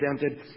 dented